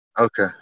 Okay